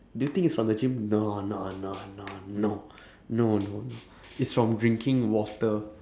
do you think it's from the gym no no no no no no no no it's from drinking water